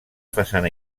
façana